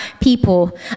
people